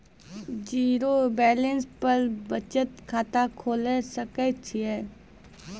Zero balance पर बचत खाता खोले सकय छियै?